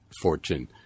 fortune